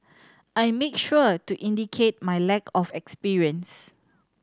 I make sure to indicate my lack of experience